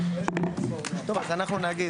הישיבה ננעלה